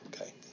okay